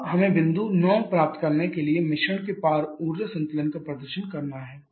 Pint02049 अब हमें बिंदु 9 प्राप्त करने के लिए मिश्रण के पार ऊर्जा संतुलन का प्रदर्शन करना है